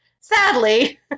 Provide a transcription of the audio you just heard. sadly